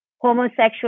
homosexual